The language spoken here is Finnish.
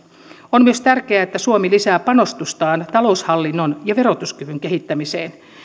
on myös tärkeää että suomi lisää panostustaan taloushallinnon ja verotuskyvyn kehittämiseen